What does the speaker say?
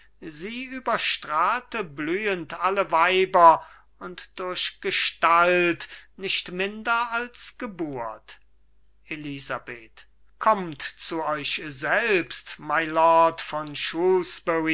sie überstrahlte blühen alle weiber und durch gestalt nicht minder als geburt elisabeth kommt zu euch selbst mylord von